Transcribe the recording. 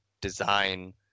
design